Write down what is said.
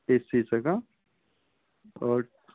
ए सीचं का